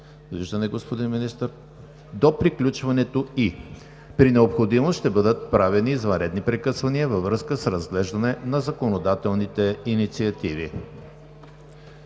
до приключването ѝ. При необходимост ще бъдат правени извънредни прекъсвания във връзка с разглеждане на законодателните инициативи.